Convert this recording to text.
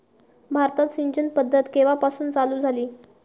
भारतात सिंचन पद्धत केवापासून चालू झाली?